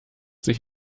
sich